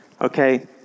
okay